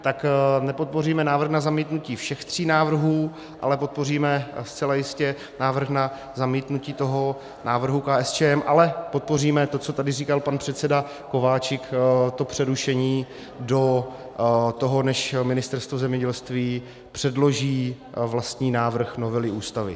Tak nepodpoříme návrh na zamítnutí všech tří návrhů, ale podpoříme zcela jistě návrh na zamítnutí toho návrhu KSČM, ale podpoříme to, co tady říkal pan předseda Kováčik, to přerušení do toho, než Ministerstvo zemědělství předloží vlastní návrh novely Ústavy.